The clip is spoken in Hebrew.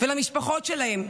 ולמשפחות שלהן,